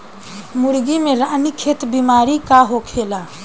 मुर्गी में रानीखेत बिमारी का होखेला?